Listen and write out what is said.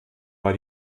war